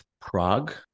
Prague